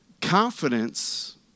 confidence